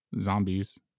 zombies